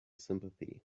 sympathy